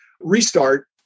restart